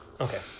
Okay